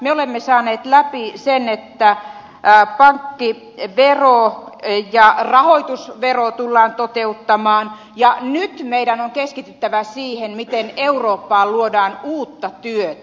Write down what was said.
me olemme saaneet läpi sen että pankkivero ja rahoitusvero tullaan toteuttamaan ja nyt meidän on keskityttävä siihen miten eurooppaan luodaan uutta työtä